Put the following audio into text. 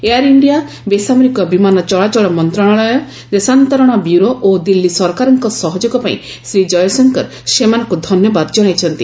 air India ବେସାମରିକ ବିମାନ ଚଳାଚଳ ମନ୍ତ୍ରଣାଳୟ ଦେଶାନ୍ତରଣ ବ୍ୟୁରୋ ଓ ଦିଲ୍ଲୀ ସରକାରଙ୍କ ସହଯୋଗ ପାଇଁ ଶ୍ରୀ ଜୟଶଙ୍କର ସେମାନଙ୍କୁ ଧନ୍ୟବାଦ ଜଣାଇଛନ୍ତି